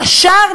קשר,